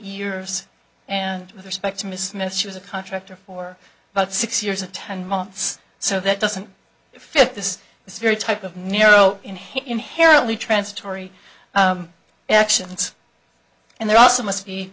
years and with respect to miss miss she was a contractor for about six years and ten months so that doesn't fit this is very type of nero in inherently transitory actions and there also must be